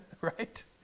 right